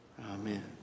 Amen